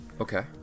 Okay